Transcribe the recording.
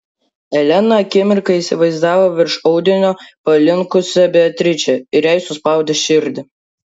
elena akimirką įsivaizdavo virš audinio palinkusią beatričę ir jai suspaudė širdį